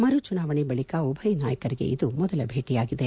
ಮರು ಚುನಾವಣೆ ಬಳಿಕ ಉಭಯ ನಾಯರಿಗೆ ಇದು ಮೊದಲ ಭೇಟಿಯಾಗಿದೆ